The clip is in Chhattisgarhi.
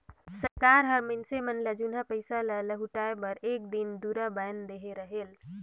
सरकार हर मइनसे मन ल जुनहा पइसा ल लहुटाए बर एक दिन दुरा बांएध देहे रहेल